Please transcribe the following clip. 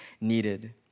needed